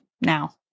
now